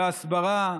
בהסברה,